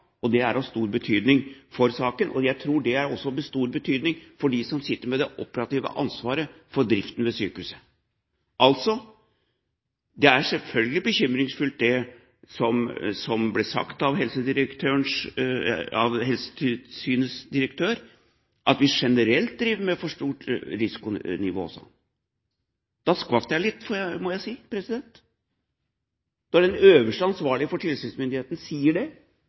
og det er av stor betydning for saken. Jeg tror også det er av stor betydning for dem som sitter med det operative ansvaret for driften ved sykehuset. Altså: Det er selvfølgelig bekymringsfullt, det som ble sagt av Helsetilsynets direktør, at vi generelt har for stort risikonivå. Da den øverste ansvarlige for tilsynsmyndigheten sa det, skvatt jeg litt. Det kan jo hende at det er tilfellet, men jeg greier ikke å bedømme om det er